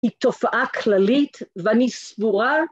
‫היא תופעה כללית ואני סבורה.